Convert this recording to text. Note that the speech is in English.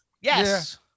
yes